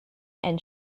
and